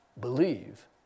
Believe